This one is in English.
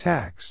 Tax